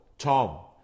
Tom